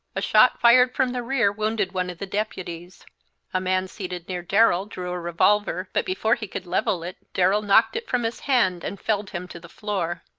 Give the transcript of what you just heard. a shot fired from the rear wounded one of the deputies a man seated near darrell drew a revolver, but before he could level it darrell knocked it from his hand and felled him to the floor.